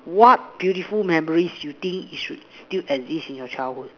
what beautiful memories you think it should still exist in your childhood